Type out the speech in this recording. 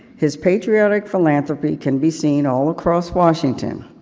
his patriotic philanthropy can be seen all across washington,